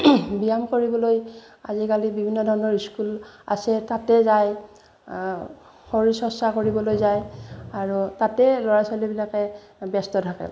ব্যায়াম কৰিবলৈ আজিকালি বিভিন্ন ধৰণৰ স্কুল আছে তাতে যায় শৰীৰ চৰ্চা কৰিবলৈ যায় আৰু তাতেই ল'ৰা ছোৱালীবিলাকে ব্যস্ত থাকে